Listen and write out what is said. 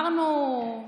אמרנו,